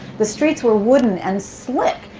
the streets were wooden and slick,